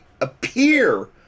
appear